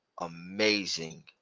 amazing